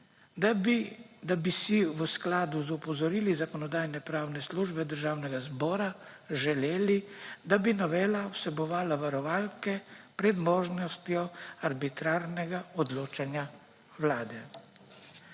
da bi si v skladu z opozorili Zakonodajno-pravne službe Državnega zbora želeli, da bi novela vsebovala varovalke pred možnostjo arbitrarnega odločanja Vlade.